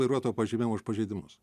vairuotojo pažymėjimo už pažeidimus